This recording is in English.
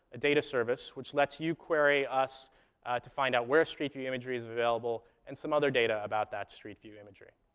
data service, which lets you query us to find out where street view imagery is available and some other data about that street view imagery.